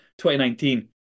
2019